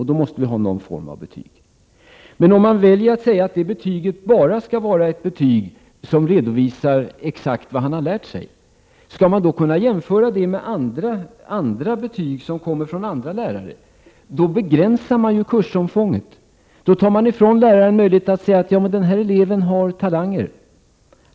Således måste vi ha någon form av betyg. Men om man säger att betyget bara skall redovisa exakt vad eleven har lärt sig och de olika betygen från alla lärare skall jämföras blir kursomfånget begränsat. Då fråntas läraren möjligheten att säga att en elev har talanger.